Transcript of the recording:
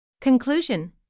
Conclusion